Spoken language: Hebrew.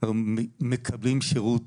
מקבלים שירות